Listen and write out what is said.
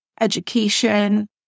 education